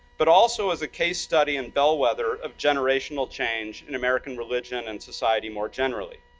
but also as a case study and bellwether of generational change in american religion and society more generally.